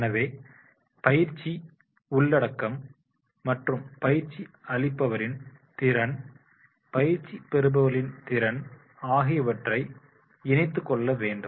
எனவே பயிற்சி உள்ளடக்கம் மற்றும் பயிற்சி அளிப்பவரின் திறன் பயிற்சி பெறுபவர்களின் திறன் ஆகியவற்றை இணைத்துக் கொள்ள வேண்டும்